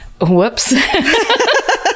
whoops